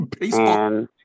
Baseball